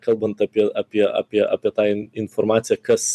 kalbant apie apie apie apie tą in informaciją kas